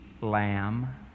lamb